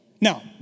Now